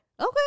Okay